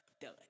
Done